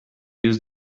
use